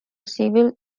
civil